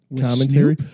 commentary